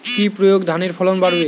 কি প্রয়গে ধানের ফলন বাড়বে?